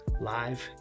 live